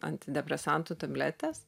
antidepresantų tabletės